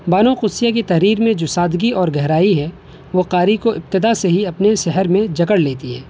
بانو قدسیہ کی تحریر میں جو سادگی اور گہرائی ہے وہ قاری کو ابتدا سے ہی اپنے سحر میں جکڑ لیتی ہے